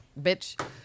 bitch